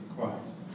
Christ